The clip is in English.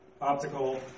optical